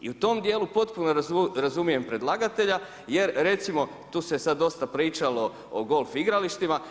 I u tom dijelu, potpuno razumijem predlagatelja, jer recimo, tu se sad dosta pričalo o golf igralištima.